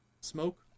smoke